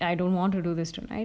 I don't want to do this tonight